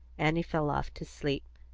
annie fell off to sleep.